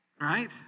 right